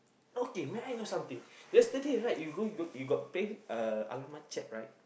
okay may I know something yesterday right you go go you got play uh right